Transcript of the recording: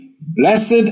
Blessed